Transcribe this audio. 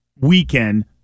weekend